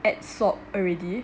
add sort already